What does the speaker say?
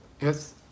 Yes